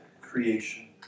creation